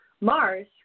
Mars